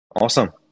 Awesome